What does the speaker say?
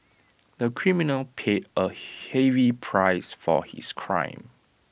the criminal paid A heavy price for his crime